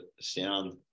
sound